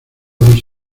dos